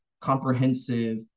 comprehensive